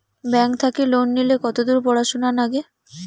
Bank থাকি loan নিলে কতদূর পড়াশুনা নাগে?